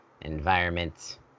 environment